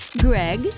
Greg